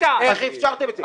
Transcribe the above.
איפה לא ביצעו?